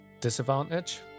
disadvantage